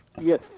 Yes